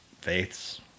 faiths